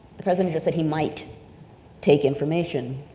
the president just said he might take information,